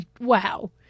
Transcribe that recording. Wow